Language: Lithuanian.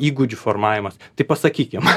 įgūdžių formavimas tai pasakykim